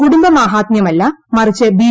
കുടുംബ മാഹാത്മ്യമല്ല മറിച്ച് ബി